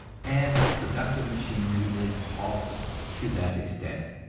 and the productive machinery is halted to that extent.